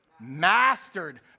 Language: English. Mastered